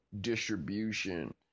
distribution